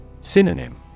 Synonym